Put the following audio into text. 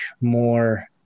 more